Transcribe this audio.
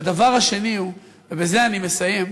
והדבר השני, ובזה אני מסיים,